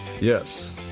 Yes